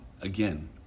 Again